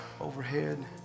overhead